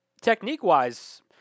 technique-wise